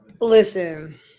Listen